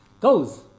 goes